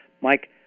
Mike